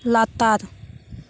ᱞᱟᱛᱟᱨ